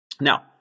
Now